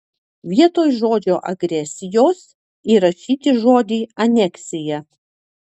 vietoj žodžio agresijos įrašyti žodį aneksija